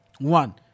One